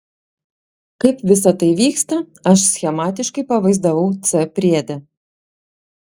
kaip visa tai vyksta aš schematiškai pavaizdavau c priede